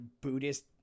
Buddhist